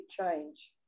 change